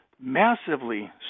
massively